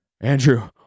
Andrew